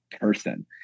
person